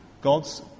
God's